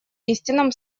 истинном